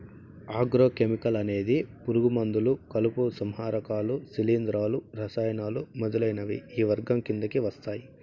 agro chemical అనేది పురుగు మందులు, కలుపు సంహారకాలు, శిలీంధ్రాలు, రసాయనాలు మొదలైనవి ఈ వర్గం కిందకి వస్తాయి